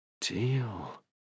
deal